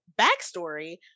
backstory